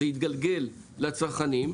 זה יתגלגל לצרכנים,